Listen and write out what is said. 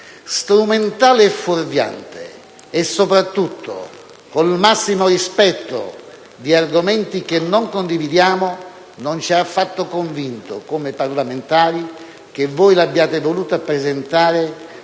strumentale e fuorviante e soprattutto, con il massimo rispetto verso argomenti che non condividiamo, non ci ha affatto convinto, come parlamentari, che voi l'abbiate voluta presentare